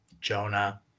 Jonah